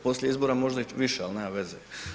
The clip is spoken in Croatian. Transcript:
Poslije izbora možda i više, ali nema veze.